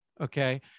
Okay